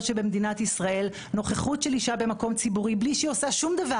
שבמדינת ישראל נוכחות של אישה במקום ציבורי בלי שהיא עושה שום דבר,